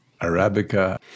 Arabica